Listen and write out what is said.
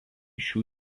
šių